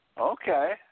Okay